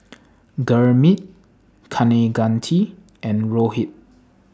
Gurmeet Kaneganti and Rohit